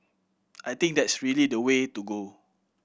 I think that's really the way to go